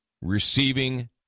receiving